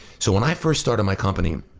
so when i first started my company,